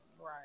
Right